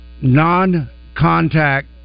non-contact